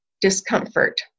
discomfort